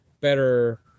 better